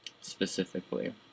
specifically